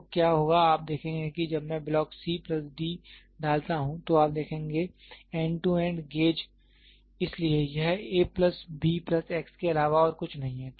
तो क्या होगा आप देखेंगे कि जब मैं ब्लॉक c प्लस d डालता हूं तो आप देखेंगे एंड टू एंड गेज इसलिए यह a plus b plus x के अलावा और कुछ नहीं है